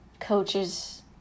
Coaches